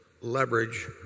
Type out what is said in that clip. leverage